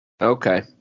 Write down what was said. Okay